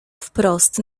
wprost